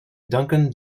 duncan